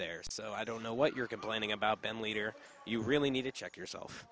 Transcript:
there so i don't know what you're complaining about bandleader you really need to check yourself